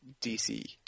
DC